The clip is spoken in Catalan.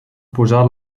posar